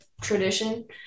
tradition